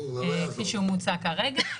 כפי שהוא מוצע כרגע.